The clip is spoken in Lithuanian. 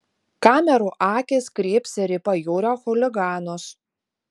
kamerų akys kryps ir į pajūrio chuliganus